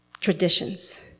traditions